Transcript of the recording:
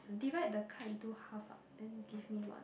divide the card into half ah then give me one